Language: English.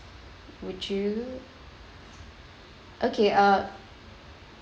would you okay uh